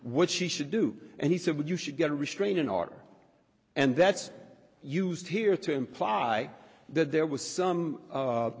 what she should do and he said would you should get a restraining order and that's used here to imply that there was some